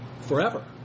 forever